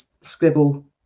scribble